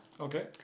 Okay